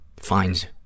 Finds